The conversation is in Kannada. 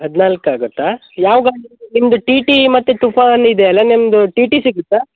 ಹದಿನಾಲ್ಕು ಆಗುತ್ತಾ ಯಾವ ಗಾಡಿ ನಿಮ್ಮದು ಟಿ ಟಿ ಮತ್ತು ತೂಫಾನ್ ಇದೆ ಅಲಾ ನಿಮ್ಮದು ಟಿ ಟಿ ಸಿಗುತ್ತಾ